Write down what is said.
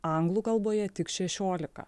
anglų kalboje tik šešiolika